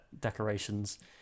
decorations